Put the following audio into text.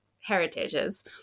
heritages